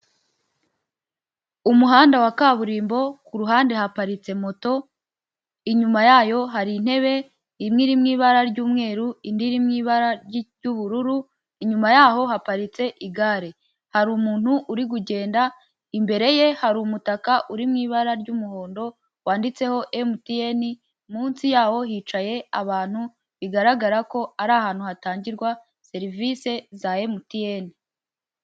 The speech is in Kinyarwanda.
Umuhanda wa kaburimbo, ku ruhande haparitse moto, inyuma yayo hari intebe, imwe iri mu ibara ry'umweru, indi iri mu ibara ry'ubururu, inyuma yaho haparitse igare. Hari umuntu uri kugenda, imbere ye hari umutaka uri mu ibara ry'umuhondo wanditseho MTN, munsi yawo hicaye abantu bigaragara ko ari ahantu hatangirwa serivise za MTN.